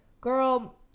girl